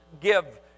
give